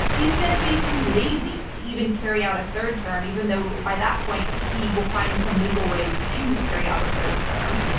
he's going to be too lazy to even carry out a third term, even though by that point he will find some legal way to carry out a third term.